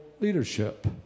leadership